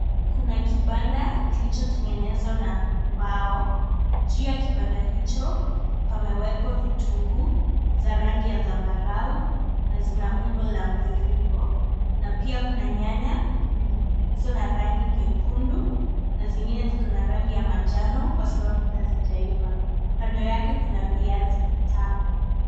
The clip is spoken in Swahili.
Kuna kibanda kilichotengenezwa na mbao . Juu ya kibanda hicho pamewekwa vitunguu za rangi ya zambarau na zina umbo la mviringo na pia kuna nyanya zilizo na rangi nyekundu za zingine ziko na rangi ya manjano kwa sababu hazijaiva . Kando yake kuna viazi vitamu.